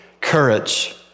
courage